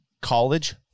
college